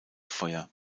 feuer